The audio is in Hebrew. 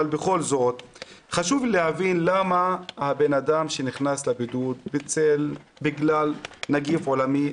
אבל בכל זאת חשוב לי להבין למה אדם שנכנס לבידוד בגלל נגיף עולמי,